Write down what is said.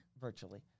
virtually